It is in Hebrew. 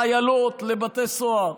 חיילות, לבתי סוהר,